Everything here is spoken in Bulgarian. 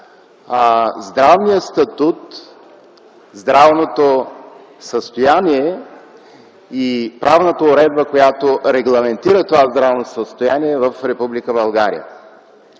здравният статут, здравното състояние и правната уредба, която регламентира това здравно състояние в Република България.